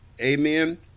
Amen